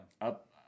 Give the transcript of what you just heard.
up